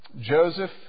Joseph